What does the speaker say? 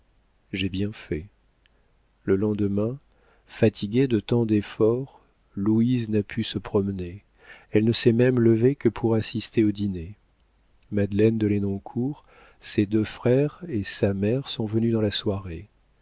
j'ai bien fait le lendemain fatiguée de tant d'efforts louise n'a pu se promener elle ne s'est même levée que pour assister au dîner madeleine de lenoncourt ses deux frères et sa mère sont venus dans la soirée